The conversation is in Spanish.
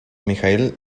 mijaíl